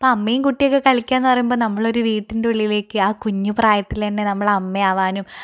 അപ്പം അമ്മയും കുട്ടിയൊക്കെ കളിക്കുക എന്നു പറയുമ്പം നമ്മൾ വീട്ടിൻ്റെ ഉള്ളിലേക്ക് ആ കുഞ്ഞു പ്രായത്തിൽ തന്നെ നമ്മൾ അമ്മ ആവാനും